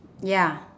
ya